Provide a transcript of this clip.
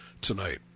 tonight